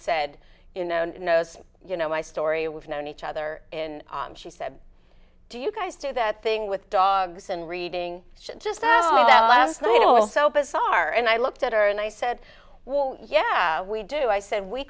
said you know knows you know my story we've known each other in she said do you guys do that thing with dogs and reading just was little so bizarre and i looked at her and i said whoa yeah we do i said we